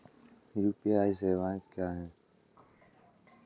UPI सवायें क्या हैं?